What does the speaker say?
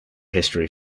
history